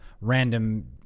random